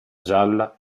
gialla